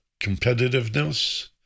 competitiveness